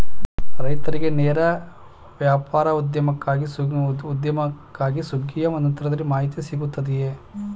ರೈತರಿಗೆ ನೇರ ವ್ಯಾಪಾರೋದ್ಯಮಕ್ಕಾಗಿ ಸುಗ್ಗಿಯ ನಂತರದಲ್ಲಿ ಮಾಹಿತಿ ಸಿಗುತ್ತದೆಯೇ?